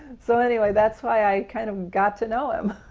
so anyway, that's why i kind of got to know him.